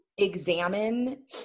examine